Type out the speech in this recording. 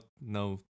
no